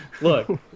Look